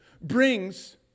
brings